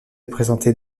présenter